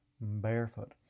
barefoot